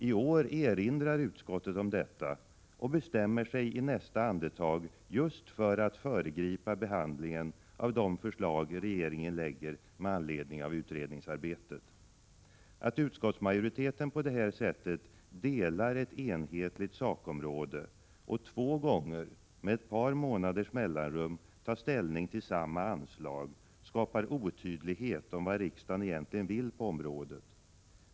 I år erinrar utskottet om detta och bestämmer sig i nästa andetag just för att föregripa behandlingen av de förslag regeringen framlägger med anledning av utredningsarbetet. Att utskottsmajoriteten på detta sätt delar ett enhetligt sakområde, och två gånger med ett par månaders mellanrum tar ställning till samma anslag skapar otydlighet om vad riksdagen egentligen vill på området.